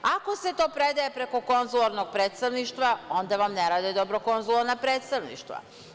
Ako se to predaje preko konzularnog predstavništva, onda vam ne rade dobro konzularna predstavništva.